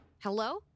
Hello